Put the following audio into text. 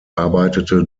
arbeitete